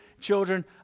children